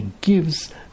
gives